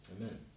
Amen